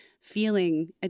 feeling